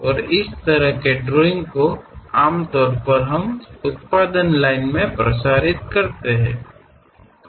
और उस तरह के ड्राइंग को आमतौर पर हम उत्पादन लाइन में प्रसारित करते हैं